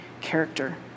character